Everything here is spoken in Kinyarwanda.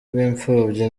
b’imfubyi